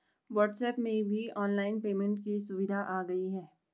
WhatsApp में भी online payment की सुविधा आ गई है